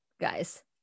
guys